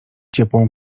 ciepłą